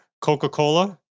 Coca-Cola